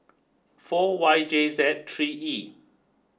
four Y J Z three E